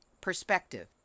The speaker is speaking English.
perspective